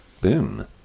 boom